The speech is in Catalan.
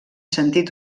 sentit